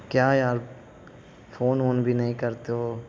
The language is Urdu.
کیا یار فون وون بھی نہیں کرتے ہو